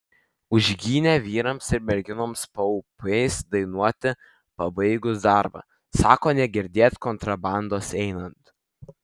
užgynė vyrams ir merginoms paupiais dainuoti pabaigus darbą sako negirdėt kontrabandos einant